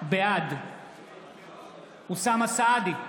בעד אוסאמה סעדי,